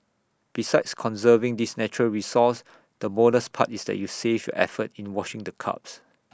besides conserving this natural resource the bonus part is that you save your effort in washing the cups